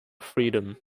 freedom